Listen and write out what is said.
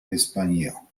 hispanio